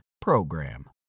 PROGRAM